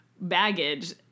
baggage